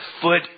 foot